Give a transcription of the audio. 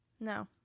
No